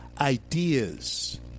ideas